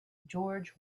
george